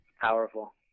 Powerful